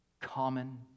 common